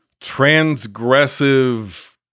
transgressive